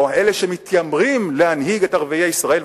או אלה שמתיימרים להנהיג את ערביי ישראל,